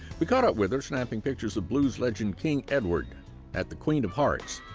we caught up with her snapping pictures of blues legend king edward at the queen of hearts,